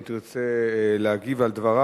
אם תרצה להגיב על דבריו,